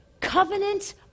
Covenant